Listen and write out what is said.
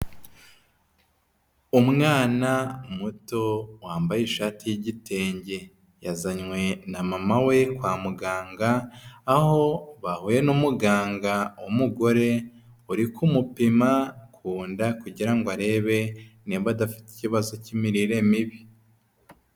Umwana muto wambaye ishati y'igitenge. Yazanywe na mama we kwa muganga aho bahuye n'umuganga w'umugore uri kumupima ku nda kugirango arebe nimba adafite ikibazo k'imirire mibi.